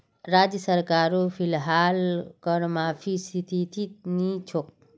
राज्य सरकारो फिलहाल कर माफीर स्थितित नी छोक